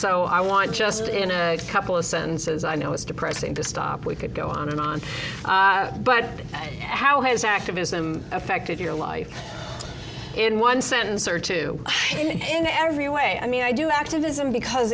so i want just in a couple of sentences i know it's depressing to stop we could go on and on but how has activism affected your life in one sentence or two in every way i mean i do activism because